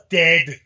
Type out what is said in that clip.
dead